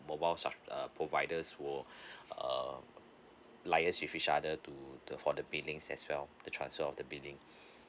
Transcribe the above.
mobile uh providers will uh liaise with each other to the for the billings as well the transfer of the billing